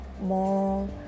more